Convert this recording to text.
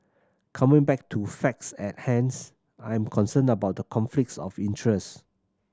coming back to facts at hands I'm concerned about the conflicts of interest